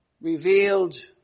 revealed